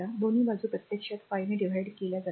दोन्ही बाजू प्रत्यक्षात 5 ने divide केल्या जातात